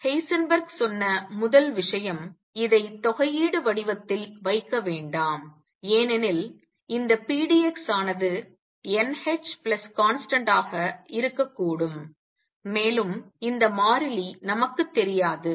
Heisenberg சொன்ன முதல் விஷயம் இதை தொகையீடு வடிவத்தில் வைக்க வேண்டாம் ஏனெனில் இந்த pdx ஆனது nhconstant ஆக இருக்கக்கூடும் மேலும் இந்த மாறிலி நமக்கு தெரியாது